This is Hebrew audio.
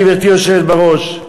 גברתי היושבת בראש,